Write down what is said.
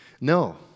No